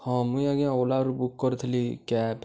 ହଁ ମୁଇଁ ଆଜ୍ଞା ଓଲାରୁ ବୁକ୍ କରିଥିଲି କ୍ୟାବ୍